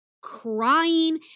crying